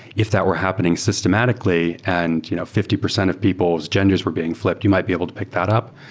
if that were happening systematically and you know fifty percent of people's genders were being flipped, you might be able to pick that up,